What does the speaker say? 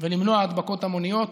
ולמנוע הדבקות המוניות.